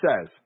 says